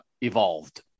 evolved